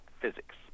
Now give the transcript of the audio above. physics